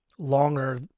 longer